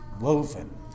woven